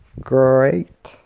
Great